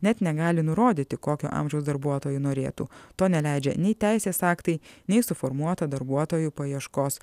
net negali nurodyti kokio amžiaus darbuotojų norėtų to neleidžia nei teisės aktai nei suformuota darbuotojų paieškos